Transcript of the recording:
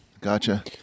gotcha